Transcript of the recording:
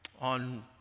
on